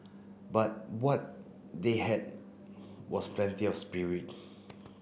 but what they had was plenty of spirit